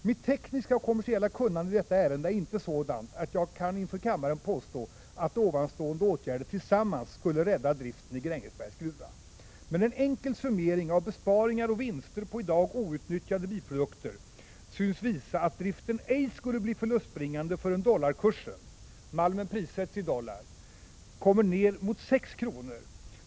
Mitt tekniska och kommersiella kunnande i detta ärende är icke sådant att jag inför kammaren kan påstå att här nämnda åtgärder tillsammans skulle rädda driften i Grängesbergs gruva. Men en enkel summering av besparingar och vinster på i dag outnyttjade biprodukter synes visa att driften ej skulle bli förlustbringande förrän dollarkursen — malmen prissättes i dollar — kommer ner mot 6 kr.